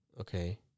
Okay